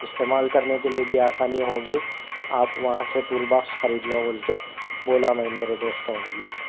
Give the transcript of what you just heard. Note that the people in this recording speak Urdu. استعمال کرنے کے لئے بھی آسانی ہوگی آپ وہاں سے ٹول باکس خرید لو بول کے بولا میں میرے دوستوں کو بھی